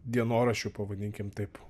dienoraščio pavadinkim taip